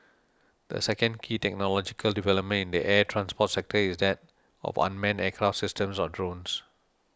the second key technological development in the air transport sector is that of unmanned aircraft systems or drones